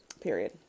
period